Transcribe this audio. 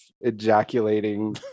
ejaculating